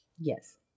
Yes